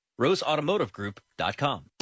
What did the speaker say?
roseautomotivegroup.com